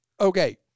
Okay